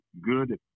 good